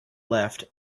left